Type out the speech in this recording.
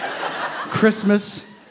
Christmas